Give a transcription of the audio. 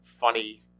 funny